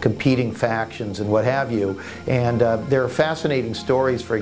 competing factions and what have you and there are fascinating stories for